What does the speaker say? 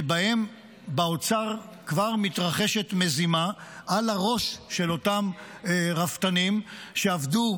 שבהן באוצר כבר מתרחשת מזימה על הראש של אותם רפתנים שעבדו,